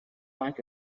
like